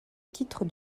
titre